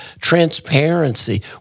transparency